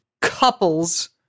couples